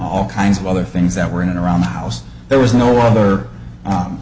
all kinds of other things that were in and around the house there was no other